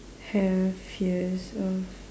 have years of